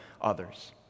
others